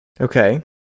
okay